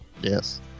Yes